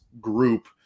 group